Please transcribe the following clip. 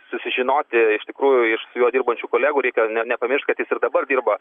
susižinoti iš tikrųjų ir su juo dirbančių kolegų reikia ne nepamiršt kad jis ir dabar dirba